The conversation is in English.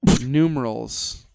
numerals